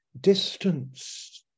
distance